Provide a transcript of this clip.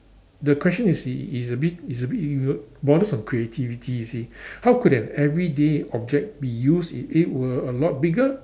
the question you see is a bit is a bit it borders on creativity you see how could an everyday object be used if it were a lot bigger